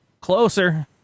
Closer